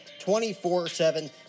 24-7